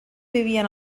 vivien